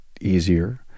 easier